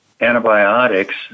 antibiotics